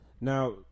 now